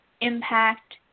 impact